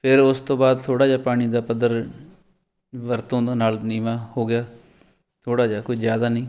ਫਿਰ ਉਸ ਤੋਂ ਬਾਅਦ ਥੋੜ੍ਹਾ ਜਿਹਾ ਪਾਣੀ ਦਾ ਪੱਧਰ ਵਰਤੋਂ ਦੇ ਨਾਲ ਨੀਵਾਂ ਹੋ ਗਿਆ ਥੋੜ੍ਹਾ ਜਿਹਾ ਕੋਈ ਜ਼ਿਆਦਾ ਨਹੀਂ